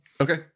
Okay